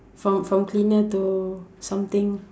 from from cleaner to something